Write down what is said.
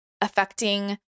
affecting